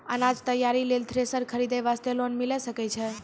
अनाज तैयारी लेल थ्रेसर खरीदे वास्ते लोन मिले सकय छै?